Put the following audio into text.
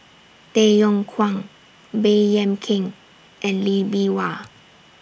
Tay Yong Kwang Baey Yam Keng and Lee Bee Wah